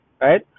Right